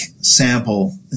sample